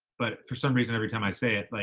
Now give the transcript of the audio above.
but for some reason, every time i say it, like